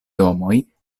domoj